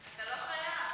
אתה לא חייב.